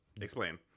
explain